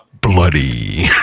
Bloody